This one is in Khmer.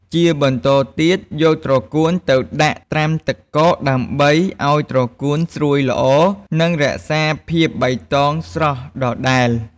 ជាបន្តទៀត យកត្រកួនទៅដាក់ត្រាំទឹកកក ដើម្បីឱ្យត្រកួនស្រួយល្អ និងរក្សាសភាពបៃតងស្រស់ដដែល។